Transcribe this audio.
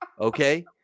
Okay